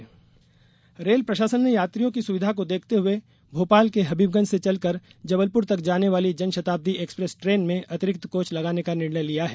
railway coach रेल प्रशासन ने यात्रियों को सुविधा को देखते हए भोपाल के हबीबगंज से चलकर जबलपुर तक जाने वाली जनशताब्दी एक्सप्रेस ट्रेन में अतिरिक्त कोच लगाने का निर्णय लिया है